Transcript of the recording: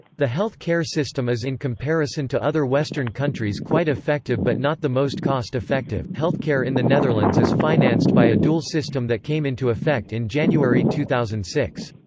the health care system is in comparison to other western countries quite effective but not the most cost-effective healthcare in the netherlands is financed by a dual system that came into effect in january two thousand and six.